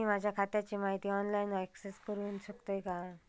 मी माझ्या खात्याची माहिती ऑनलाईन अक्सेस करूक शकतय काय?